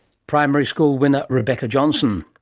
primary school winner rebecca johnson.